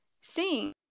sing